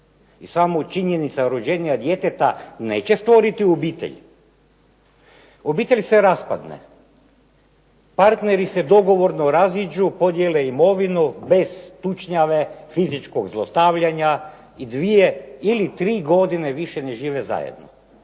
i sama činjenica rođenja djeteta neće stvoriti obitelj. Obitelj se raspadne, partneri se dogovorno raziđu, podijele imovinu bez tučnjave, fizičkog zlostavljanja i 2 ili 3 godine više ne žive zajedno.